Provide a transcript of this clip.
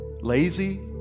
Lazy